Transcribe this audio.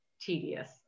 tedious